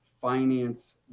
finance